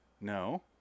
No